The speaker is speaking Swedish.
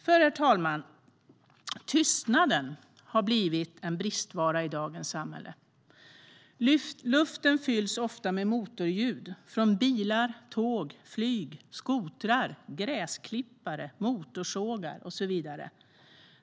Herr ålderspresident! Tystnaden har blivit en bristvara i dagens samhälle. Luften fylls ofta av motorljud från bilar, tåg, flyg, skotrar, gräsklippare, motorsågar och så vidare.